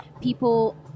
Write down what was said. people